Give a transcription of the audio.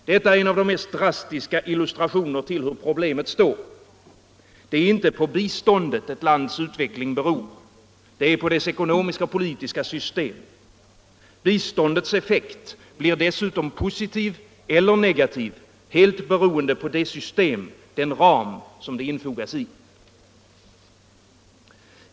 Detta är en av de mest drastiska illustrationerna till hur problemet står: det är inte på biståndet ett lands utveckling beror, det är på dess ekonomiska och politiska system. Biståndets effekt blir dessutom positiv eller negativ helt beroende på det system, den ram, som det infogas i.